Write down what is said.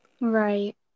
right